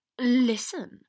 Listen